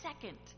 second